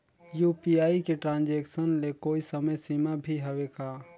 UPI के transaction ले कोई समय सीमा भी हवे का?